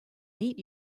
meet